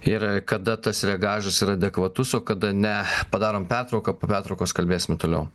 ir kada tas reagažas yra adekvatus o kada ne padarom pertrauką po pertraukos kalbėsim toliau